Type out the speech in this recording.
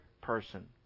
person